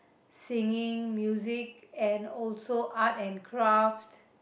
singing music and also art and craft